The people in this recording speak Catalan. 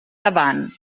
davant